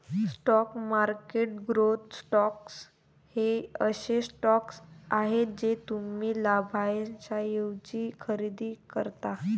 stock market growth stocks हे असे stocks आहेत जे तुम्ही लाभांशाऐवजी खरेदी करता